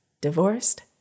divorced